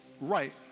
right